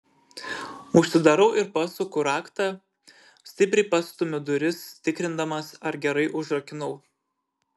užsidarau ir pasuku raktą stipriai pastumiu duris tikrindamas ar gerai užrakinau